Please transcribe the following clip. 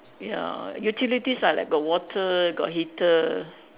ya utilities are like got water got heater